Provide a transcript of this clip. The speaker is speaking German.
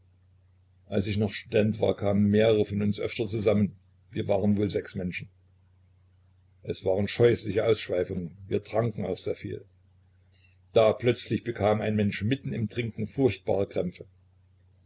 als ich noch student war kamen mehrere von uns öfters zusammen wir waren wohl sechs menschen es waren scheußliche ausschweifungen wir tranken auch sehr viel da plötzlich bekam ein mensch mitten im trinken furchtbare krämpfe